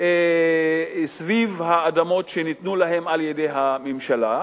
סביב האדמות שניתנו להם על-ידי הממשלה.